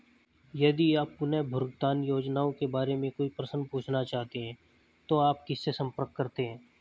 यदि आप पुनर्भुगतान योजनाओं के बारे में कोई प्रश्न पूछना चाहते हैं तो आप किससे संपर्क करते हैं?